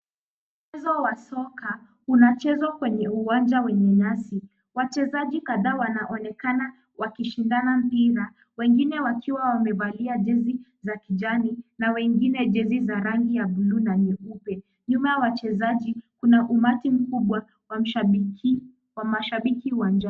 Mchezo wa soka unachezwa kwenye uwanja wenye nyasi. Wachezaji kadhaa wanaonekana wakishindana mpira wengine wakiwa wamevalia jesi za kijani na wengine jesi za rangi ya bluu na nyeupe .Nyuma wa wachezaji kuna umati mkubwa wa mashabiki uwanjani.